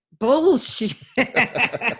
bullshit